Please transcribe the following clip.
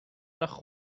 nach